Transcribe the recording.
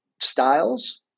styles